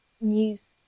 news